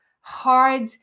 hard